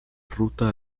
ruta